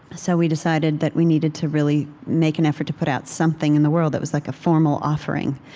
so we decided that we needed to really make an effort to put out something in the world that was like a formal offering,